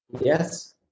Yes